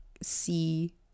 see